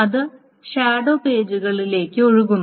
അത് ഷാഡോ പേജുകളിലേക്ക് ഒഴുകുന്നു